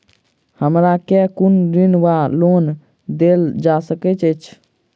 हमरा केँ कुन ऋण वा लोन देल जा सकैत अछि?